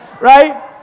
Right